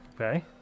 Okay